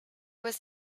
was